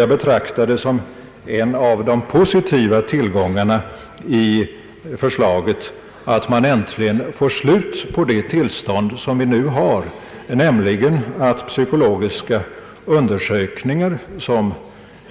Jag betraktar det som en av de positiva tillgångarna i förslaget att det äntligen blir slut på det tillstånd som nu råder, nämligen att psykologiska undersökningar som